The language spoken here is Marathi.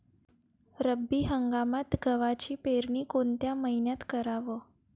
रब्बी हंगामात गव्हाची पेरनी कोनत्या मईन्यात कराव?